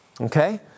Okay